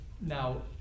Now